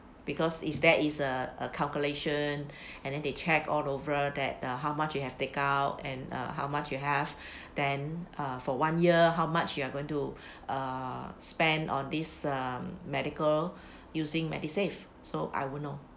because is there is a a calculation and then they check all over that err how much you have take out and uh how much you have then err for one year how much you are going to err spend on this um medical using MediSave so I won't know